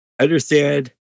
understand